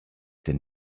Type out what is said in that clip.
than